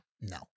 No